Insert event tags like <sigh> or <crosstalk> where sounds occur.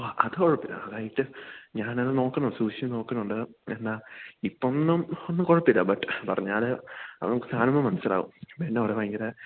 ആ അത് കുഴപ്പം ഇല്ല അതായിട്ട് ഞാനത് നോക്കണോ സൂക്ഷിച്ച് നോക്കുന്നുണ്ട് എന്നാ ഇപ്പോൾ ഒന്നും ഒന്നും കുഴപ്പം ഇല്ല ബട്ട് പറഞ്ഞാൽ അവന് സാധനങ്ങൾ മനസ്സിലാവും പിന്നെ <unintelligible> ഭയങ്കര